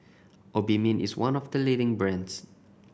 Obimin is one of the leading brands